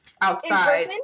outside